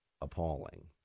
appalling